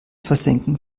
versenken